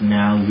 now